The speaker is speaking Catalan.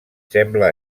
sembla